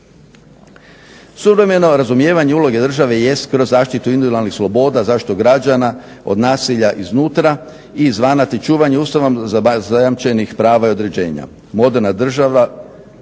Suvremeno razumijevanje uloge države jest kroz zaštitu individualnih sloboda, zaštitu građana od nasilja iznutra i izvana te čuvanje Ustavom zajamčenih prava i određenja. Moderna država,